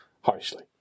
harshly